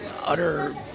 utter